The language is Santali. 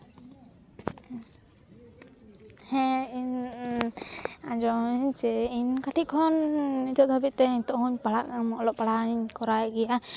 ᱦᱮᱸ ᱟᱸᱡᱚᱢᱟ ᱢᱟᱹᱧ ᱦᱮᱸᱥᱮ ᱠᱟᱹᱴᱤᱡ ᱠᱷᱚᱱ ᱱᱤᱛᱳᱜ ᱫᱷᱟᱹᱵᱤᱡᱛᱮ ᱱᱤᱛᱳᱜ ᱦᱚᱸᱧ ᱯᱟᱲᱦᱟᱜ ᱠᱟᱱ ᱜᱮᱭᱟ ᱚᱞᱚᱜ ᱯᱟᱲᱦᱟᱣᱤᱧ ᱠᱚᱨᱟᱣᱮᱫ ᱜᱮᱭᱟ